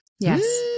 Yes